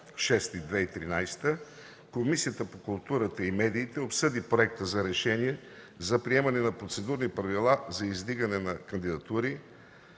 2013 г., Комисията по културата и медиите обсъди Проекта за решение за приемане на Процедурни правила за издигане на кандидатури,